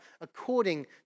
according